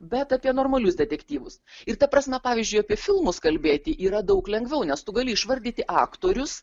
bet apie normalius detektyvus ir ta prasme pavyzdžiui apie filmus kalbėti yra daug lengviau nes tu gali išvardyti aktorius